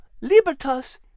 Libertas